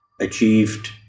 achieved